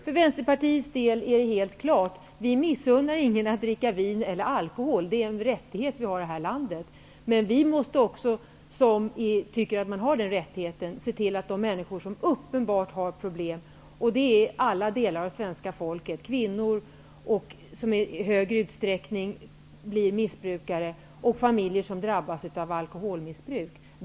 För Vänsterpartiet är det helt klart: Vi missunnar ingen att dricka vin eller alkohol, det är en rättighet som vi har i det här landet. Men vi måste se till att de människor som uppenbart har problem får hjälp. Det gäller alla delar av svenska folket -- kvinnor som i större utsträckning blir missbrukare samt familjer som drabbas av alkoholmissbruk.